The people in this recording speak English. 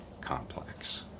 complex